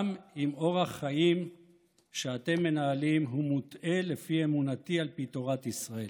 גם אם אורח החיים שאתם מנהלים הוא מוטעה לפי אמונתי על פי תורת ישראל.